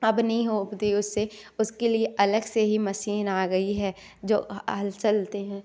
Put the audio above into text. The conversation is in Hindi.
अब नहीं होते उससे उसके लिए अलग से ही मसीन आ गई है जो हल चलते हैं